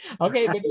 Okay